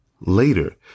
Later